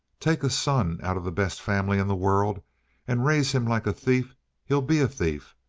take a son out of the best family in the world and raise him like a thief he'll be a thief.